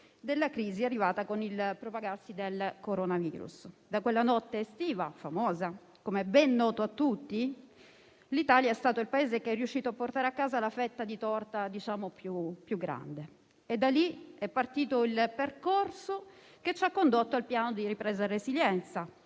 della crisi arrivata con il propagarsi del coronavirus. Da quella famosa notte estiva, come è ben noto a tutti, l'Italia è stato il Paese che è riuscito a portare a casa la fetta di torta più grande e da lì è partito il percorso che ci ha condotto al Piano nazionale di ripresa e resilienza,